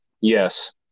Yes